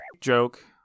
joke